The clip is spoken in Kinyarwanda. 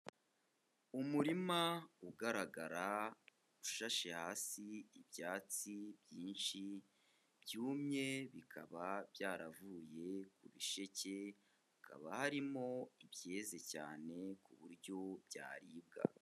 Umurima ugaragara ushashe hasi ibyatsi byinshi byumye bikaba byaravuye ku bisheke, hakaba harimo ibyeze cyane ku buryo byaribwa.